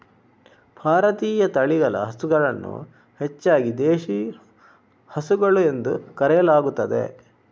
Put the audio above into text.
ಭಾರತೀಯ ತಳಿಗಳ ಹಸುಗಳನ್ನು ಹೆಚ್ಚಾಗಿ ದೇಶಿ ಹಸುಗಳು ಎಂದು ಕರೆಯಲಾಗುತ್ತದೆ